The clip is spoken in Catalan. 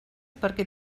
perquè